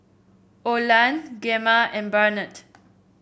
Oland Gemma and Barnett